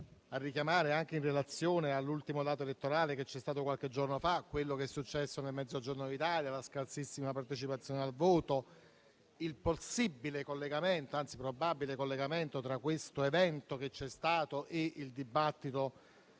a richiamare, anche in relazione all'ultimo dato elettorale che c'è stato qualche giorno fa, quello che è accaduto nel Mezzogiorno d'Italia: la scarsissima partecipazione al voto e il possibile, anzi probabile collegamento tra questo evento e il dibattito